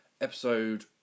episode